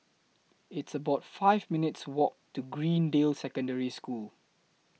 It's about five minutes' Walk to Greendale Secondary School